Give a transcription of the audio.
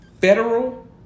federal